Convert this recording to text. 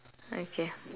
okay